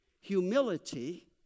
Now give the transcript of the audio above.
humility